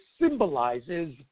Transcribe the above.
symbolizes